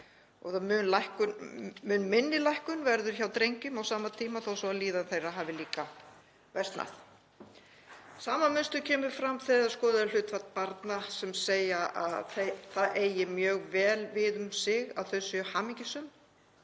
2021. Mun minni lækkun verður hjá drengjum á sama tíma þó svo að líðan þeirra hafi líka versnað. Sama mynstur kemur fram þegar skoðað er hlutfall barna sem segja að það eigi mjög vel við um sig að þau séu hamingjusöm.